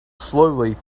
slowly